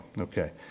Okay